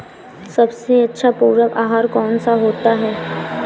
सबसे अच्छा पूरक आहार कौन सा होता है?